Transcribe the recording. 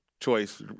Choice